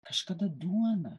kažkada duona